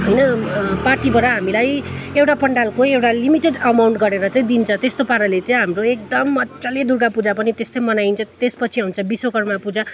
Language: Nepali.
होइन पार्टीबाट हामीलाई एउटा पन्डालको एउटा लिमिटेड अमाउन्ट गरेर चाहिँ दिन्छ त्यस्तो पाराले चाहिँ हाम्रो एकदम मज्जाले दुर्गा पूजा पनि त्यस्तै मनाइन्छ त्यसपछि आउँछ विश्वकर्म पूजा